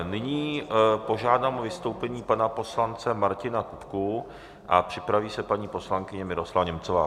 Nyní požádám o vystoupení pana poslance Martina Kupku a připraví se paní poslankyně Miroslava Němcová.